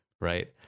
right